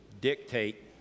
dictate